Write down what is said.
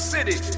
City